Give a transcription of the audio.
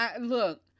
look